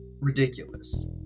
ridiculous